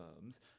firms